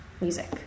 music